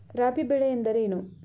ರಾಬಿ ಬೆಳೆ ಎಂದರೇನು?